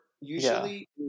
usually